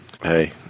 Hey